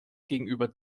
gegenüber